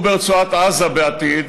וברצועת עזה בעתיד,